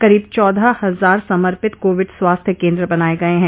करीब चौदह हजार समर्पित कोविड स्वास्थ्य केंद्र बनाए गए हैं